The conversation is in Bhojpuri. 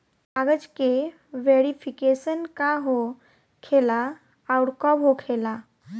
कागज के वेरिफिकेशन का हो खेला आउर कब होखेला?